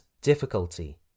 difficulty